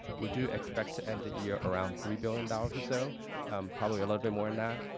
we do expect to end the year around three billion dollars or so probably a little bit more on that.